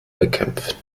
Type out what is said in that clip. bekämpfen